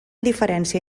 diferència